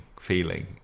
feeling